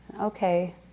Okay